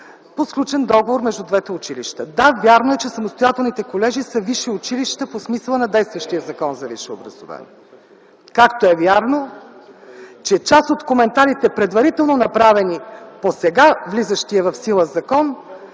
по сключен договор между двете училища. Да, вярно е, че самостоятелните колежи са висши училища по смисъла на действащия Закон за висшето образование, както е вярно, че част от предварително направените коментарите по досега влизащия в сила закон,